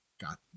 got